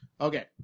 Okay